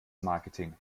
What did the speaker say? marketing